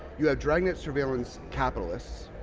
you have dragnet surveillance capitalists.